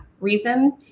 reason